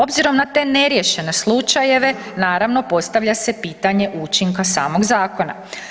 Obzirom na te neriješene slučajeve naravno postavlja se pitanje učinka samog zakona.